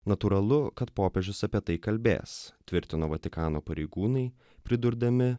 natūralu kad popiežius apie tai kalbės tvirtina vatikano pareigūnai pridurdami